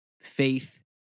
faith